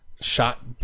shot